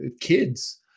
kids